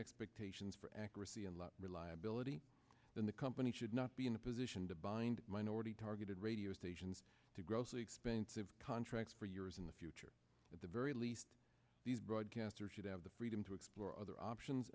expectations for accuracy and reliability then the company should not be in a position to bind minority targeted radio stations to grossly expensive contracts for years in the future at the very least these broadcasts are should have the freedom to explore other options